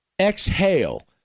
exhale